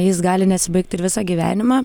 jis gali nesibaigt ir visą gyvenimą